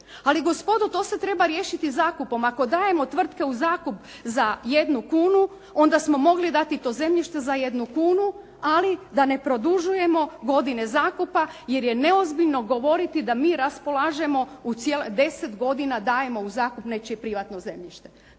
Ali gospodo to se treba riješiti zakupom. Ako dajemo tvrtke u zakup za jednu kunu onda smo mogli dati to zemljište za 1 kunu, ali da ne produžujemo godine zakupa jer je neozbiljno govoriti da mi raspolažemo, 10 godina dajemo u zakup nečije privatno zemljište.